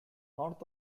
north